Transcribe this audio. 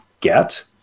get